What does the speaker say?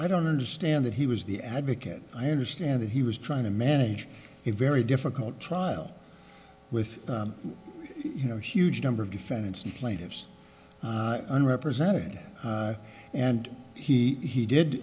i don't understand that he was the advocate i understand that he was trying to manage a very difficult trial with you know huge number of defendants and plaintiffs and represented and he he did